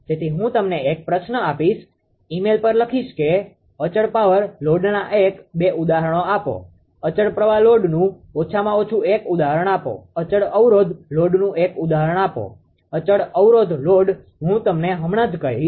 તેથી હું તમને એક પ્રશ્ન આપીશ અને ઇમેઇલ પર લખીશ કે અચળ પાવર લોડના એક કે બે ઉદાહરણો આપો અચળ પ્રવાહ લોડનું ઓછામાં ઓછું એક ઉદાહરણ આપો અને અચળ અવરોધ લોડનું એક ઉદાહરણ આપો અચળ અવરોધ લોડ હું તમને હમણાં જ કહીશ